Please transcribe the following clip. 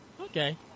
okay